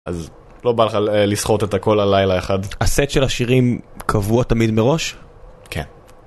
אז לא בא לך לסחוט את הכל על לילה אחת. הסט של השירים קבוע תמיד מראש? כן.